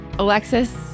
Alexis